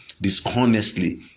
dishonestly